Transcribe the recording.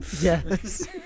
yes